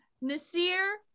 Nasir